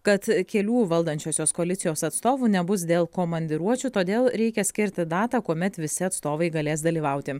kad kelių valdančiosios koalicijos atstovų nebus dėl komandiruočių todėl reikia skirti datą kuomet visi atstovai galės dalyvauti